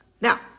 Now